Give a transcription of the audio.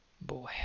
Boy